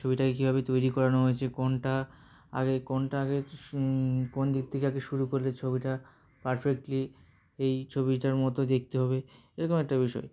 ছবিটাকে কীভাবে তৈরি করানো হয়েছে কোনটা আগে কোনটা আগে কোন দিক থেকে আগে শুরু করলে ছবিটা পারফেক্টলি এই ছবিটার মতো দেখতে হবে এরকম একটা বিষয়